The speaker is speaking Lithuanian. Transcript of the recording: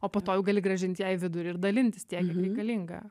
o po to jau gali grąžint ją į vidurį ir dalintis tiek kiek reikalinga